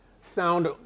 sound